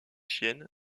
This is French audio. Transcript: chienne